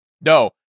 No